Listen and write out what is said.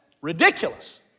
ridiculous